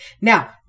Now